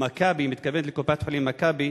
"מכבי"